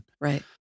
Right